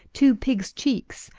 two pig's cheeks,